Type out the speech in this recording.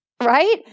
Right